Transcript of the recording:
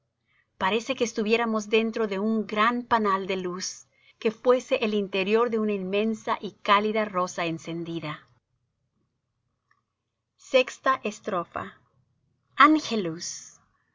parece que estuviéramos dentro de un g r a n panal de luz que fuese el interior de una inmensa y cálida rosa encendida vi i angelus